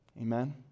Amen